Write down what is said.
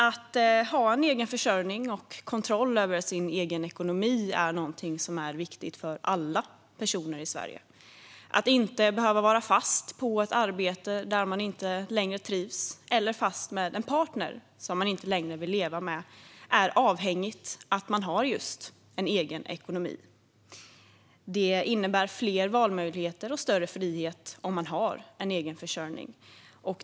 Att ha en egen försörjning och kontroll över sin egen ekonomi är viktigt för alla personer i Sverige. Att inte behöva vara fast på ett arbete där man inte längre trivs eller fast med en partner man inte längre vill leva med är avhängigt att man har just en egen ekonomi. Det innebär fler valmöjligheter och större frihet om man har en egen försörjning.